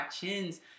chins